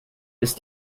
ist